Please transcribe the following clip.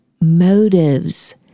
motives